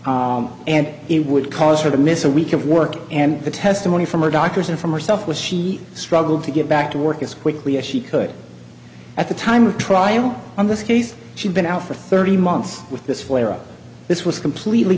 whatnot and it would cause her to miss a week of work and the testimony from her doctors and from herself was she struggled to get back to work as quickly as she could at the time of trial on this case she'd been out for thirty months with this where all this was completely